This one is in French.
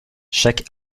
chaque